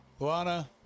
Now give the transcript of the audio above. Luana